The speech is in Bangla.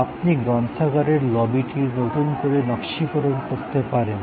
আপনি গ্রন্থাগারের লবিটির নতুন করে নকশীকরণ করতে পারেন